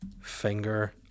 finger